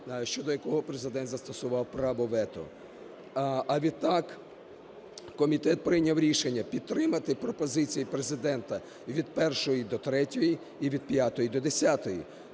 щодо якого Президент застосував право вето. А відтак, комітет прийняв рішення підтримати пропозиції Президента від першої до третьої і від п'ятої до десятої.